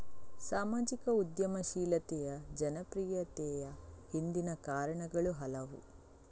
ಸಾಮಾಜಿಕ ಉದ್ಯಮಶೀಲತೆಯ ಜನಪ್ರಿಯತೆಯ ಹಿಂದಿನ ಕಾರಣಗಳು ಹಲವು